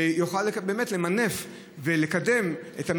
ויוכל באמת למנף ולקדם מעבר,